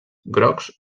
grocs